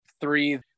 three